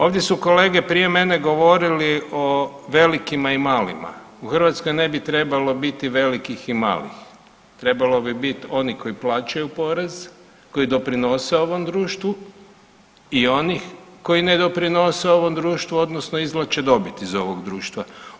Ovdje su kolege prije mene govorili o velikima i malima, u Hrvatskoj ne bi trebalo biti velikih i malih, trebalo bi bit onih koji plaćaju porez, koji doprinose ovom društvu i onih koji ne doprinose ovom društvu, odnosno izvlače dobit iz ovog društva.